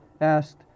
asked